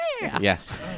Yes